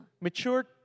Mature